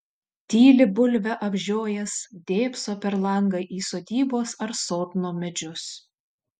tyli bulvę apžiojęs dėbso per langą į sodybos ar sodno medžius